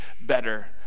better